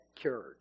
cured